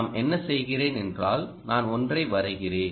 நான் என்ன செய்கிறேன் என்றால் நான் ஒன்றை வரைகிறேன்